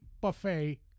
buffet